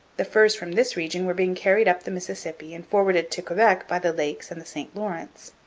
the furs from this region were being carried up the mississippi and forwarded to quebec by the lakes and the st lawrence.